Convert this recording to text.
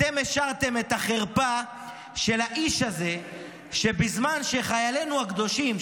אתם השארתם את החרפה של האיש הזה שבזמן שחיילינו הקדושים,